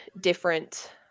different